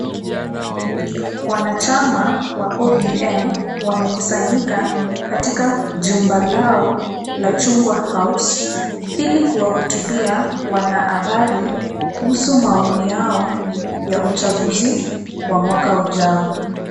Wanachama wa ODM, wamekusanyika katika jumba lao la Chungwa House, ili kuwahutubia wanahabari kuhusu maoni yao ya uchaguzi wa mwaka ujao.